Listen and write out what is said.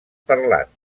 parlants